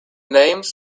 names